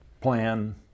plan